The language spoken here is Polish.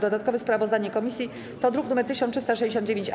Dodatkowe sprawozdanie komisji to druk nr 1369-A.